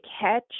catch